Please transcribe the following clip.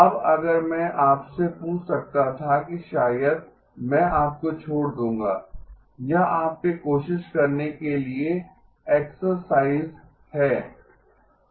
अब अगर मैं आपसे पूछ सकता था कि शायद मैं आपको छोड़ दूंगा यह आपके कोशिश करने के लिए एक्सरसाइज है